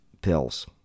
pills